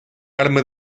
arma